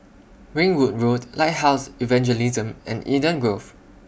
Ringwood Road Lighthouse Evangelism and Eden Grove